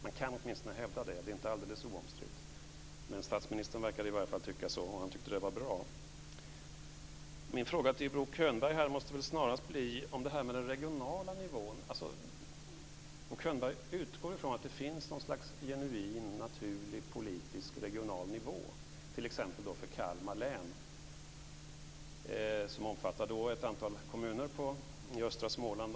Man kan åtminstone hävda det. Det är inte alldeles oomstritt. Men statsministern verkade i varje fall tycka så. Och han tyckte att det var bra. Min fråga till Bo Könberg här måste snarast handla om den regionala nivån. Bo Könberg utgår från att det finns ett slags genuin, naturlig politisk och regional nivå, t.ex. för Småland och dessutom Öland.